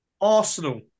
Arsenal